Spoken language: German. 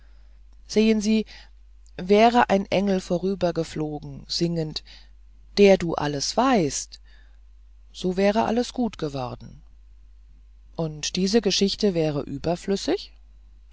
sehen sie wäre ein engel vorübergeflogen singend der du alles weißt so wäre alles gut geworden und diese geschichte wäre überflüssig